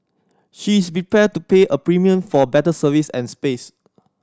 she is prepared to pay a premium for better service and space